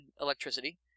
electricity